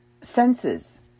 senses